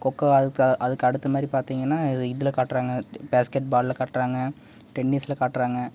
கொக்கோ அதுக் அதுக்கடுத்தமாதிரி பார்த்திங்கனா இதில் காட்டுறாங்க பேஸ்கெட் பால்ல காட்டுறாங்க டென்னிஸ்ல காட்டுறாங்க